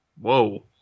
Whoa